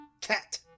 Cat